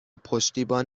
پشتیبان